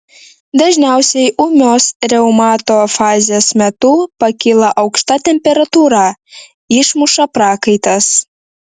dažniausiai ūmios reumato fazės metu pakyla aukšta temperatūra išmuša prakaitas